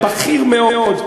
בכיר מאוד,